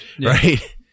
right